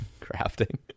crafting